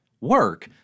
work